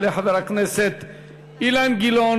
יעלה חבר הכנסת אילן גילאון,